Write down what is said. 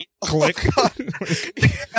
Click